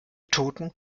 toten